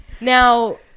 Now